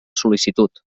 sol·licitud